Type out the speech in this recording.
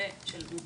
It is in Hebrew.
ושל מומחית.